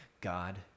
god